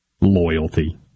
Loyalty